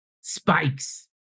spikes